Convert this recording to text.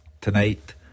tonight